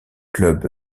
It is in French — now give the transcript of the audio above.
club